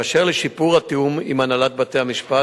באשר לשיפור התיאום עם הנהלת בתי-המשפט,